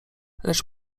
lecz